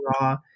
raw